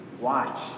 watch